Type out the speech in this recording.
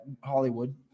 Hollywood